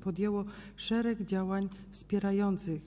podjęło szereg działań wspierających.